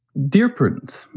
dear prudence,